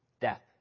Death